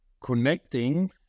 connecting